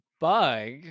bug